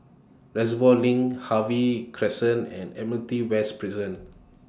Reservoir LINK Harvey Crescent and Admiralty West Prison